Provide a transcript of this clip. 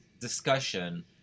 discussion